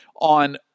on